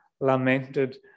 lamented